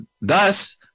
Thus